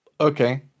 Okay